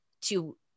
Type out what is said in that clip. to-